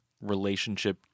relationship